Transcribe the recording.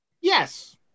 Yes